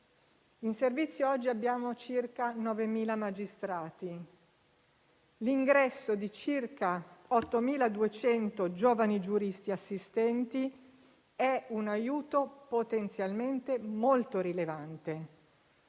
in servizio oggi abbiamo circa 9.000 magistrati e l'ingresso di circa 8.200 giovani giuristi assistenti è un aiuto potenzialmente molto rilevante,